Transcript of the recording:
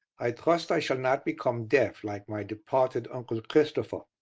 i trust i shall not become deaf, like my departed uncle christopher.